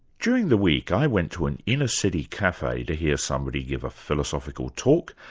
during the week, i went to an inner-city cafe to hear somebody give a philosophical talk,